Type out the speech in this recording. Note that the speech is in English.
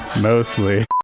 Mostly